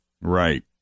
Right